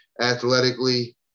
athletically